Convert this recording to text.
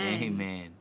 Amen